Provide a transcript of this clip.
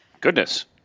Goodness